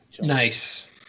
Nice